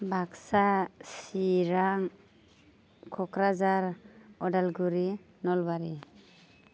Baksa Chirang Kokrajhar Udalguri Nalbari